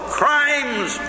crimes